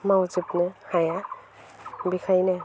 मावजोबनो हाया बेनिखायनो